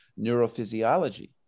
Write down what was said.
neurophysiology